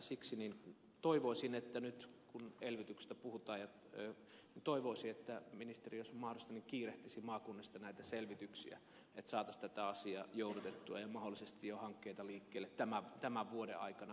siksi toivoisin että nyt kun elvytyksestä puhutaan ministeri jos on mahdollista kiirehtisi maakunnista näitä selvityksiä että saataisiin tätä asiaa joudutettua ja mahdollisesti jo hankkeita liikkeelle tämän vuoden aikana